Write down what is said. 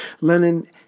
Lenin